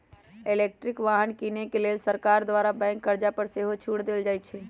electric वाहन किने के लेल सरकार द्वारा बैंक कर्जा पर सेहो छूट देल जाइ छइ